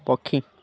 ପକ୍ଷୀ